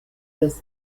this